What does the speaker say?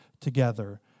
together